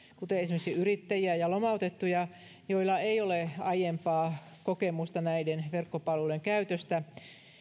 kuten esimerkiksi yrittäjiä ja lomautettuja joilla ei ole aiempaa kokemusta näiden verkkopalveluiden käytöstä